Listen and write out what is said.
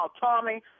Tommy